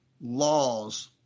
laws